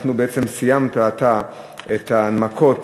אנחנו בעצם סיימנו עתה את ההנמקות